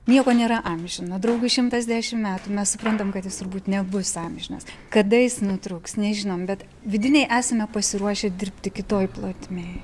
nieko nėra amžina draugui šimtas dešim metų mes suprantam kad jis turbūt nebus amžinas kada jis nutrūks nežinom bet vidiniai esame pasiruošę dirbti kitoj plotmėj